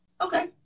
Okay